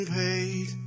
paid